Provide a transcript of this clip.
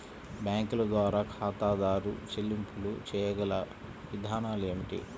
బ్యాంకుల ద్వారా ఖాతాదారు చెల్లింపులు చేయగల విధానాలు ఏమిటి?